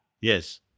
Yes